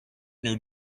new